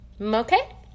Okay